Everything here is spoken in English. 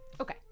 Okay